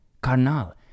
carnal